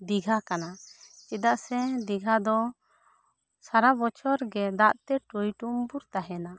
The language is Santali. ᱫᱤᱜᱷᱟ ᱠᱟᱱᱟ ᱪᱮᱫᱟᱜ ᱥᱮ ᱫᱤᱜᱷᱟ ᱫᱚ ᱥᱟᱨᱟ ᱵᱚᱪᱷᱚᱨ ᱜᱮ ᱫᱟᱜ ᱛᱮ ᱴᱚᱭᱴᱩᱢᱵᱩᱨ ᱛᱟᱦᱮᱸᱱᱟ